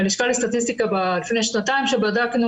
מהלשכה לסטטיסטיקה לפני שנתיים שבדקנו